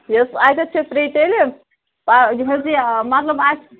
یہِ حظ اَتٮ۪تھ چھِ ٹرٛی تیلہِ پا یہِ حظ یہِ مطلب اَسہِ